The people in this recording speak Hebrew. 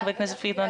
חברת הכנסת פרידמן.